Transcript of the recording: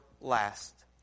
last